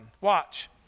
Watch